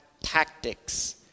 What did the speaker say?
tactics